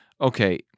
okay